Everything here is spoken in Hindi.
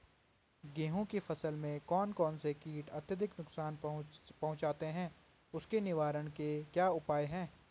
गेहूँ की फसल में कौन कौन से कीट अत्यधिक नुकसान पहुंचाते हैं उसके निवारण के क्या उपाय हैं?